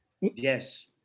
Yes